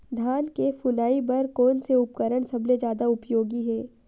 धान के फुनाई बर कोन से उपकरण सबले जादा उपयोगी हे?